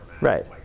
Right